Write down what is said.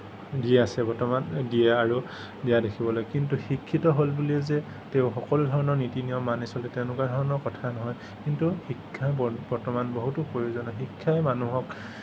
দি আছে বৰ্তমান দিয়ে আৰু দিয়া দেখিবলৈ কিন্তু শিক্ষিত হ'ল বুলিয়েই যে তেওঁ সকলোধৰণৰ নীতি নিয়ম মানি চলে তেনেকুৱাধৰণৰ কথা নহয় কিন্তু শিক্ষাৰ বৰ্তমান বহুতো প্ৰয়োজন শিক্ষাই মানুহক